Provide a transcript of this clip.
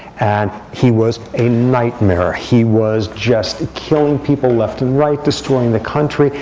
and he was a nightmare. he was just killing people left and right, destroying the country,